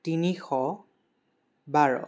তিনিশ বাৰ